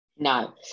No